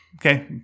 Okay